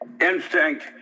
instinct